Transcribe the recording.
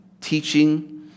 teaching